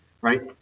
right